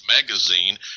Magazine